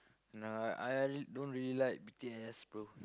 nah I I don't really like B_T_S bro